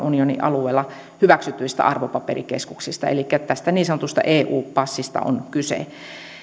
unionin alueella hyväksytyistä arvopaperikeskuksista elikkä tästä niin sanotusta eu passista on kyse